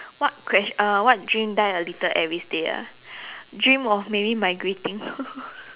what question uh what dream die a little everyday ah dream of maybe migrating